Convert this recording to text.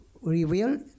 reveal